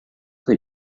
put